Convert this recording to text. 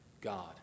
God